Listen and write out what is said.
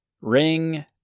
Ring